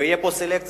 ותהיה פה סלקציה,